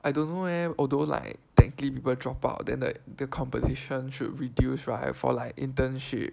I don't know eh although like technically people drop out then like the competition should reduce right for like internship